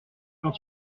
quand